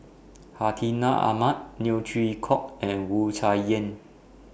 Hartinah Ahmad Neo Chwee Kok and Wu Tsai Yen